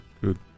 good